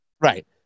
Right